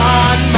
on